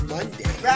Monday